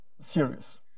serious